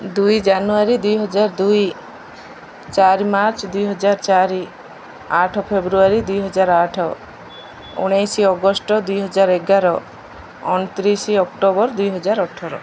ଦୁଇ ଜାନୁଆରୀ ଦୁଇ ହଜାର ଦୁଇ ଚାରି ମାର୍ଚ୍ଚ ଦୁଇ ହଜାର ଚାରି ଆଠ ଫେବୃଆରୀ ଦୁଇ ହଜାର ଆଠ ଉଣେଇଶି ଅଗଷ୍ଟ ଦୁଇ ହଜାର ଏଗାର ଅଣ ତିରିଶି ଅକ୍ଟୋବର ଦୁଇ ହଜାର ଅଠର